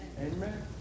Amen